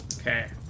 Okay